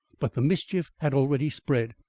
but the mischief had already spread.